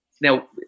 Now